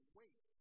wait